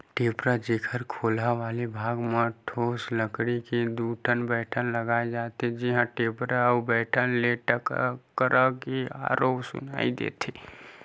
टेपरा, जेखर खोलहा वाले भाग म ठोस लकड़ी के दू ठन बठेना लगाय जाथे, जेहा टेपरा अउ बठेना ले टकरा के आरो सुनई देथे